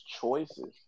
choices